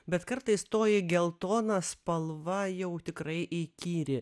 bet kartais toji geltona spalva jau tikrai įkyri